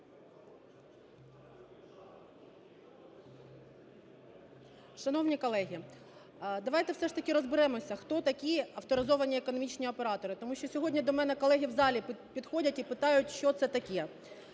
Шановні колеги, давайте все ж таки розберемося, хто такі авторизовані економічні оператори. Тому що сьогодні до мене колеги в залі підходять і питають що це таке.